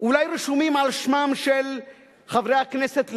אולי רשומים על שמם של חברי הכנסת לוין,